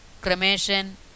Cremation